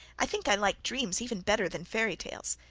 i think i like dreams even better than fairy tales.